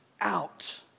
out